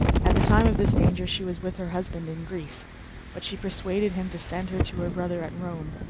at the time of this danger she was with her husband in greece but she persuaded him to send her to her brother at rome,